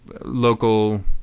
local